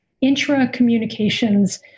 intra-communications